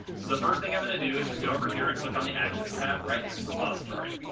so the first thing i'm going to do is just go over here and click on the actions tab right in this repository.